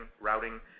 routing